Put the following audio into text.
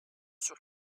sûr